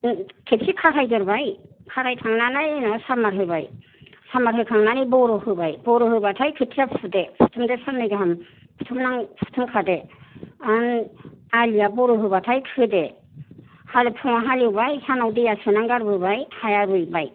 खेबसे खारहायदेरबाय खारहायखांनानै उनाव सामारहोबाय सामार होखांनानै बर' होबाय बर' होबाथाय फुदो फुथुमदो साननै गाहाम फुथुमनां फुथुमखादो आन आलिया बर' होबाथाय खोदो हाल फुङाव हालेवबाय सानाव दैया सोनानै गारबोबाय हाया रुइबाय